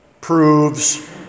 proves